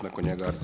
Nakon njega…